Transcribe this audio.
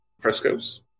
Frescoes